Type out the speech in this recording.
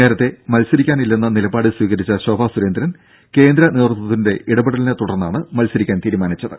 നേരത്തെ മത്സരിക്കാനില്ലെന്ന നിലപാട് സ്വീകരിച്ച ശോഭാ സുരേന്ദ്രൻ കേന്ദ്ര നേതൃത്വത്തിന്റെ ഇടപെടലിനെ തുടർന്നാണ് മത്സരിക്കാൻ തീരുമാനിച്ചത്